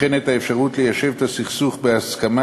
וכן ואת האפשרות ליישב את הסכסוך בהסכמה